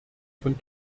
von